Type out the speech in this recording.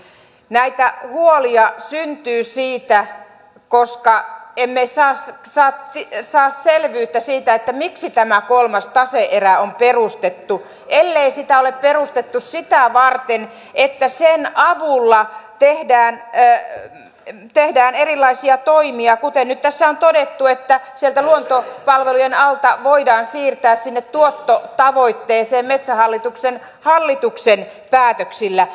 näitä huolia syntyy siitä että emme saa selvyyttä siihen miksi tämä kolmas tase erä on perustettu ellei sitä ole perustettu sitä varten että sen avulla tehdään erilaisia toimia kuten nyt tässä on todettu että sieltä luontopalvelujen alta voidaan siirtää sinne tuottotavoitteeseen metsähallituksen hallituksen päätöksillä